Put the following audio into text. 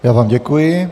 Já vám děkuji.